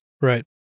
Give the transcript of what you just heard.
Right